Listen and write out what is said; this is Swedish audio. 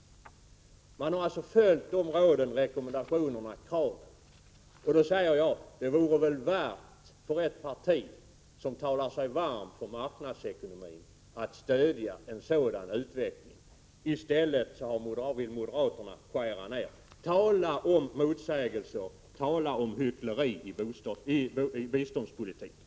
Man har alltså följt dessa rekommendationer och krav. Då säger jag: Det vore väl värt för ett parti som talar sig varm för marknadsekonomin att stödja en sådan utveckling, men i stället vill moderaterna skära ned biståndet. Tala om motsägelser! Tala om hyckleri i biståndspolitiken!